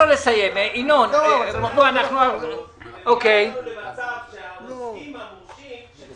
הגענו למצב שהעוסקים המורשים הם